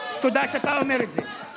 תודה שאתה אומר את זה.